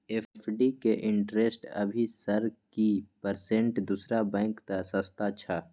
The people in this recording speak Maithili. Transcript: एफ.डी के इंटेरेस्ट अभी सर की परसेंट दूसरा बैंक त सस्ता छः?